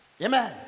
Amen